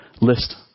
list